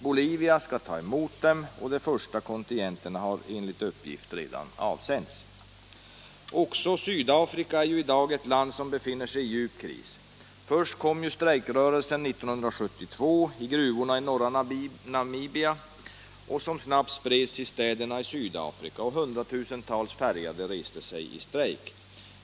Bolivia skall ta emot dem och de första kontingenterna har enligt uppgift redan avsänts. Också Sydafrika är i dag ett land som befinner sig i djup kris. Först kom strejkrörelsen 1972 i gruvorna i norra Namibia, som snabbt spreds till städerna i Sydafrika. Hundratusentals färgade reste sig i strejk.